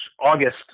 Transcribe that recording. august